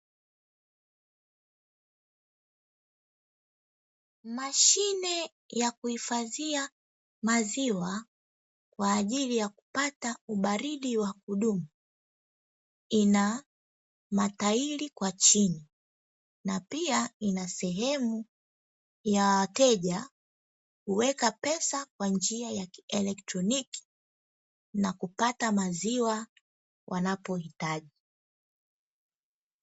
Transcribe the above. Mashine ya kuhifadhia maziwa kwa ajili ya kupata ubaridi wa kudumu, ina matairi kwa chini na pia ina sehemu ya wateja huweka pesa kwa njia ya kieletroni na kupata maziwa wanapohitaji.